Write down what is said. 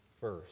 first